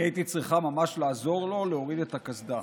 אני הייתי צריכה ממש לעזור לו להוריד את הקסדה,